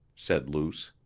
said luce.